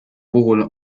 puhul